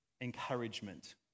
encouragement